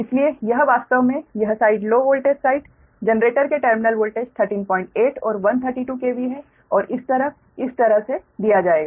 इसलिए यह वास्तव में यह side low voltage side generator के टर्मिनल वोल्टेज 138 और 132 KV है इस तरफ इस तरह से दिया जाएगा